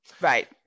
Right